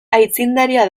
aitzindaria